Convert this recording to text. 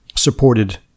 Supported